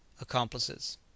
Accomplices